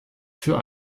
für